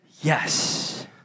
yes